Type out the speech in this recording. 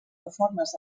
reformes